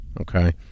okay